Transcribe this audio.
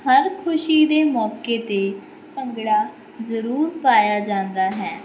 ਹਰ ਖੁਸ਼ੀ ਦੇ ਮੌਕੇ 'ਤੇ ਭੰਗੜਾ ਜ਼ਰੂਰ ਪਾਇਆ ਜਾਂਦਾ ਹੈ